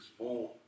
more